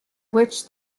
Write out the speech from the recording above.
which